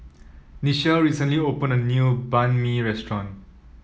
Nichelle recently opened a new Banh Mi restaurant